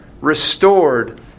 restored